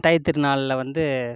தைத் திருநாளில் வந்து